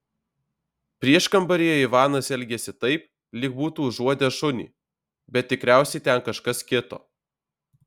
prieškambaryje ivanas elgėsi taip lyg būtų užuodęs šunį bet tikriausiai ten kažkas kito